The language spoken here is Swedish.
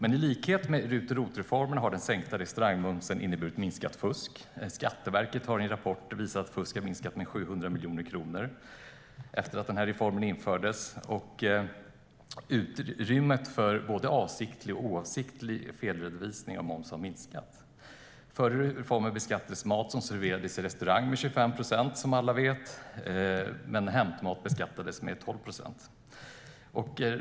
I likhet med RUT och ROT-reformerna har den sänkta restaurangmomsen inneburit minskat fusk. Skatteverket har i en rapport visat att fusket har minskat med 700 miljoner kronor sedan reformen infördes. Utrymmet för både avsiktlig och oavsiktlig felredovisning av moms har minskat. Före reformen beskattades mat som serverades i restaurangen med 25 procent medan hämtmat beskattades med 12 procent.